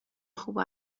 خوب